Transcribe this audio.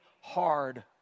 hard